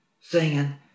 singing